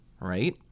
right